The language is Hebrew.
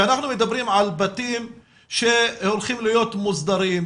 שאנחנו מדברים על בתים שהולכים להיות מוסדרים,